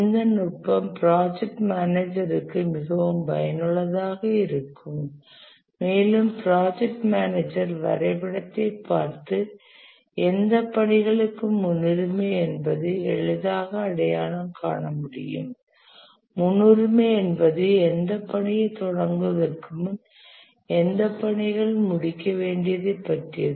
இந்த நுட்பம் project manager க்கு மிகவும் பயனுள்ளதாக இருக்கும் மேலும் ப்ராஜெக்ட் மேனேஜர் வரைபடத்தைப் பார்த்து எந்த பணிகளுக்கு முன்னுரிமை என்பதை எளிதாக அடையாளம் காண முடியும் முன்னுரிமை என்பது எந்த பணியை தொடங்குவதற்கு முன் எந்த பணிகள் முடிக்க வேண்டியதை பற்றியது